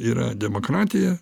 yra demokratija